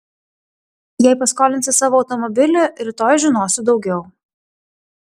jei paskolinsi savo automobilį rytoj žinosiu daugiau